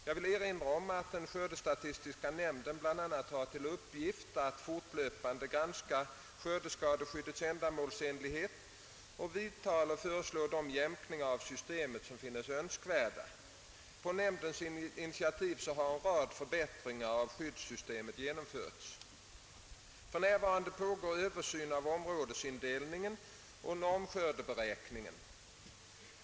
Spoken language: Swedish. Jag vill erinra om att den skördestatistiska nämnden bl.a. har till uppgift att fortlöpande granska skördeskadeskyddets ändamålsenlighet och vidta eller föreslå de jämkningar av systemet som den finner önskvärda. På nämndens initiativ har en rad förbättringar av skyddssystemet genomförts. För närvarande pågår översyn av områdesindelningen och normskördeberäkningen.